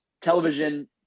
television